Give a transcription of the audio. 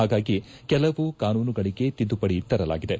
ಹಾಗಾಗಿ ಕೆಲವು ಕಾನೂನುಗಳಿಗೆ ತಿದ್ದುಪಡಿ ತರಲಾಗಿದೆ